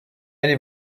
allez